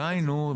די, נו.